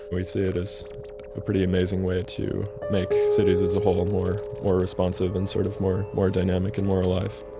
we see it as a pretty amazing way to make cities as a whole more more responsive and sort of more more dynamic and more alive.